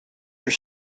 your